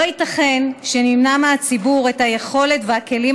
לא ייתכן שנמנע מהציבור את היכולת והכלים